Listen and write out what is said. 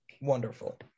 wonderful